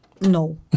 No